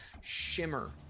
shimmer